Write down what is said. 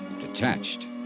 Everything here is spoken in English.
detached